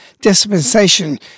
dispensation